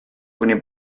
kuni